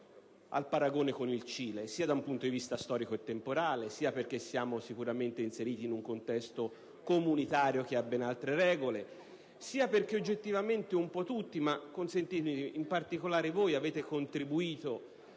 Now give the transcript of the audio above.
il paragone con il Cile, sia da un punto di vista storico e temporale, sia perché siamo inseriti in un contesto comunitario che ha ben altre regole, sia perché oggettivamente un po' tutti - ma, consentitemi, in particolare voi - abbiamo contribuito